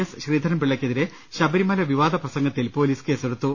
S ശ്രീധരൻപിള്ളക്കെതിരെ Sabarimala വിവാദ പ്രസംഗത്തിൽ പോലീസ് കേസെടുത്തു